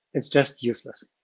it's just useless.